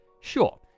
Sure